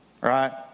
right